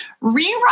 rewrite